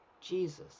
Jesus